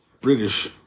British